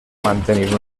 mantenir